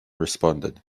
responded